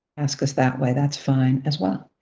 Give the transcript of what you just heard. ask us that way, that's fine as well.